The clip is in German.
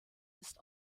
ist